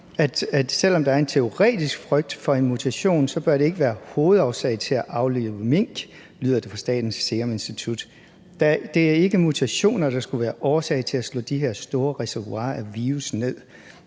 »Selv om der er en teoretisk frygt for en mutation, bør det dog ikke være hovedårsag til at aflive mink«. Sådan lyder det fra Statens Serum Institut. Det er ikke mutationer, der skulle være årsag til at slå de her store reservoirer af virus ned.